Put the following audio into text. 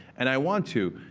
and i want to.